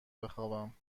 بخوابم